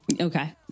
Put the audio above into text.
Okay